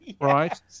Right